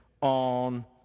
on